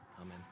Amen